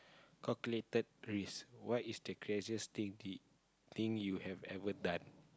calculated risk what is the craziest thing did thing you have ever done